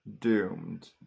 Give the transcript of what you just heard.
doomed